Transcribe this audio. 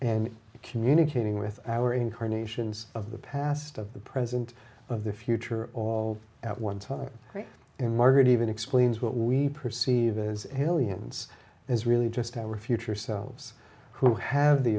and communicating with our incarnations of the past of the present of the future all at one time or emerged even explains what we perceive as aliens is really just our future selves who have the